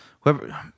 whoever